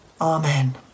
Amen